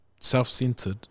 self-centered